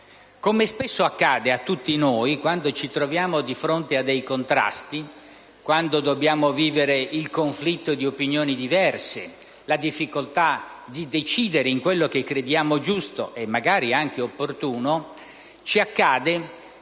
Come spesso accade a tutti noi quando ci troviamo di fronte a dei contrasti, quando dobbiamo vivere il conflitto di opinioni diverse, la difficoltà di decidere in quello che crediamo giusto e magari anche opportuno, ci accade